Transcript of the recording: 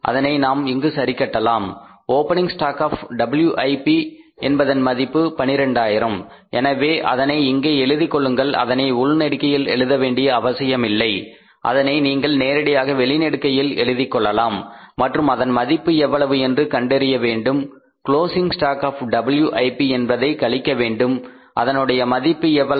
அதனை நாம் இங்கு சரிகட்டலாம் ஓபனிங் ஸ்டாக் ஆப் WIP என்பதன் மதிப்பு 12000 எனவே அதனை இங்கே எழுதிக் கொள்ளுங்கள் அதனை உள்நெடுக்கையில் எழுத வேண்டிய அவசியமில்லை அதனை நீங்கள் நேரடியாக வெளிநெடுக்கையில் எழுதிக் கொள்ளலாம் மற்றும் அதன் மதிப்பு எவ்வளவு என்று கண்டறிய வேண்டும் க்ளோஸிங் ஸ்டாக் ஆப் WIP என்பதை கழிக்கவேண்டும் அதனுடைய மதிப்பு எவ்வளவு